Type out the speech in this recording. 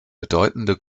bedeutende